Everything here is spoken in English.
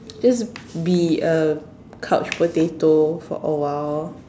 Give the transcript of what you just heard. just be a couch potato for a while